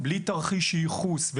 בלי תרחיש ייחוס,